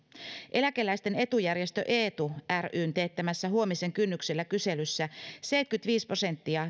eläkeläisten etujärjestö eetu ryn teettämässä huomisen kynnyksellä kyselyssä seitsemänkymmentäviisi prosenttia